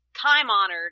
time-honored